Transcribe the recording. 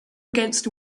against